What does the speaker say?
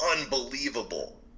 unbelievable